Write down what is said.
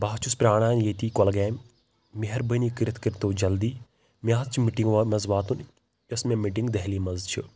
بہٕ حظ چھُس پرٛاران ییٚتی کۄلگامہِ مہربٲنی کٔرِتھ کٔرتو جلدی مےٚ حظ چھِ مِٹِنٛگ منٛز واتُن یۄس مےٚ مِٹِنٛگ دہلی منٛز چھِ